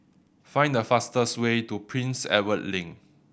find the fastest way to Prince Edward Link